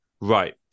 right